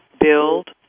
build